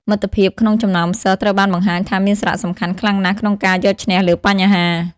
មិត្តភាព ក្នុងចំណោមសិស្សត្រូវបានបង្ហាញថាមានសារៈសំខាន់ខ្លាំងណាស់ក្នុងការយកឈ្នះលើបញ្ហា។